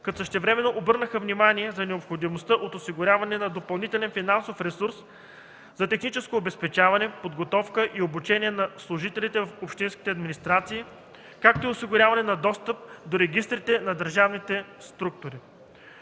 като същевременно обърнаха внимание за необходимостта от осигуряване на допълнителен финансов ресурс за техническо обезпечаване, подготовка и обучение на служителите в общинските администрации, както и осигуряване на достъп до регистрите на държавните структури.